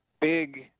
big